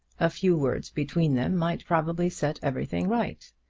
a few words between them might probably set everything right,